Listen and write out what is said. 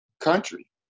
country